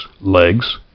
legs